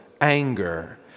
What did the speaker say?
anger